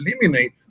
eliminate